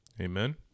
Amen